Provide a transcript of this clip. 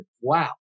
wow